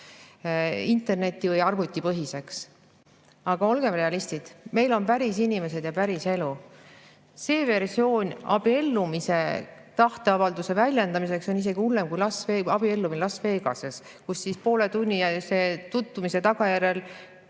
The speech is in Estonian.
interneti‑ või arvutipõhiseks. Aga olgem realistid: meil on päris inimesed ja päris elu. See versioon abiellumise tahte väljendamiseks on isegi hullem kui abiellumine Las Vegases, kus pooletunnise tutvumise järel